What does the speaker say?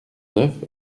neuf